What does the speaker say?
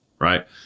right